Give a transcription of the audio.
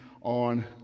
on